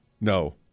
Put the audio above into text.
No